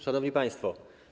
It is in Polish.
Szanowni Państwo!